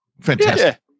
Fantastic